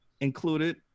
included